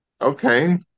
okay